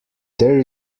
there